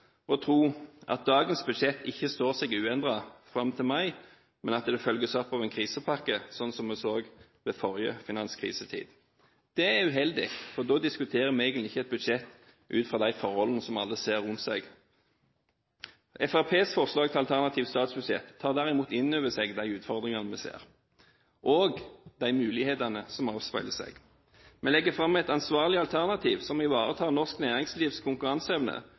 og tro at dagens budsjett ikke står uendret fram til mai, men at det følges opp av en krisepakke, slik som vi så ved forrige finanskrisetid. Det er uheldig, for da diskuterer vi egentlig ikke et budsjett ut fra de forholdene som alle ser rundt seg. Fremskrittspartiets forslag til alternativt statsbudsjett tar derimot inn over seg de utfordringene vi ser, og de mulighetene som avspeiler seg. Vi legger fram et ansvarlig alternativ som ivaretar norsk næringslivs konkurranseevne,